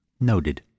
Noted